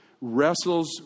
wrestles